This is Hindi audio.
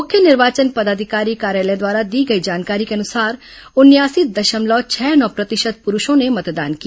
मुख्य निर्वाचन पदाधिकारी कार्यालय द्वारा दी गई जानकारी के अनुसार उनयासी दशमलव छह नौ प्रतिशत पुरूषों ने मतदान किया